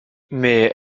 mais